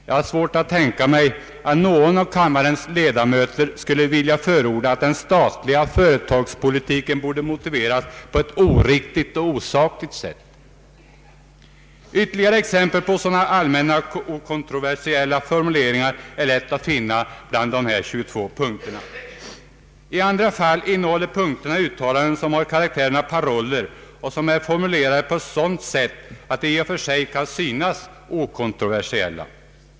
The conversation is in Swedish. Jag har svårt att tänka mig att någon av kammarens ledamöter skulle vilja förorda att den statliga företagspolitiken borde motiveras på ett oriktigt och osakligt sätt. Ytterligare exempel på sådana allmänna och okontroversiella formuleringar är lätta att finna bland dessa 22 punkter. I andra fall innehåller punkterna uttalanden som har karaktären av paroller och är formulerade på ett sådant sätt att de i och för sig kan synas okontroversiella.